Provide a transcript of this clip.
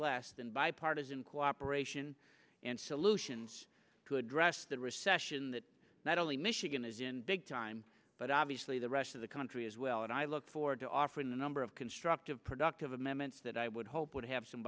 less than bipartisan cooperation and solutions to address the recession that not only michigan is in big time but obviously the rest of the country as well and i look forward to offering a number of constructive productive amendments that i would hope would have some